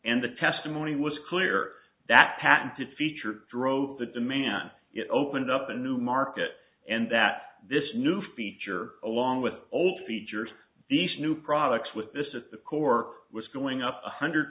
and the testimony was clear that patented feature drove the demand it opened up a new market and that this new feature along with old features these new products with this at the core was going up one hundred